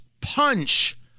punch